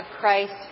Christ